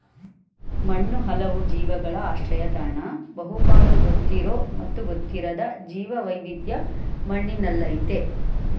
ಮಣ್ಣು ಹಲವು ಜೀವಿಗಳ ಆಶ್ರಯತಾಣ ಬಹುಪಾಲು ಗೊತ್ತಿರೋ ಮತ್ತು ಗೊತ್ತಿರದ ಜೀವವೈವಿಧ್ಯ ಮಣ್ಣಿನಲ್ಲಯ್ತೆ